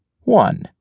One